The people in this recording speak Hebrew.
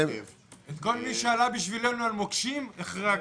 כל מי שעלה בשבילנו על מוקשים החרגתם.